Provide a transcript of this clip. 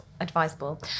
advisable